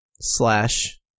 slash